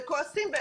הם כועסים.